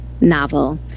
novel